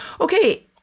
Okay